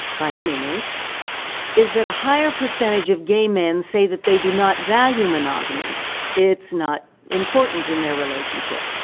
by any means is that a higher percentage of gay men say that they do not value monogamy it's not important in their relationship.